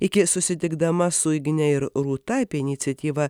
iki susitikdama su igne ir rūta apie iniciatyvą